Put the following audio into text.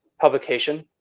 publication